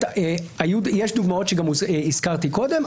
יש דוגמאות שגם הזכרתי קודם,